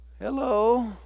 Hello